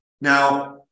Now